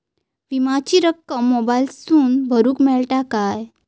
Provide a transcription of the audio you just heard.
विमाची रक्कम मोबाईलातसून भरुक मेळता काय?